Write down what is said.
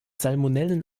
salmonellen